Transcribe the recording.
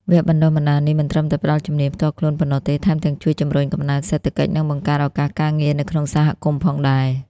វគ្គបណ្តុះបណ្តាលនេះមិនត្រឹមតែផ្តល់ជំនាញផ្ទាល់ខ្លួនប៉ុណ្ណោះទេ ថែមទាំងជួយជំរុញកំណើនសេដ្ឋកិច្ច និងបង្កើតឱកាសការងារនៅក្នុងសហគមន៍ផងដែរ។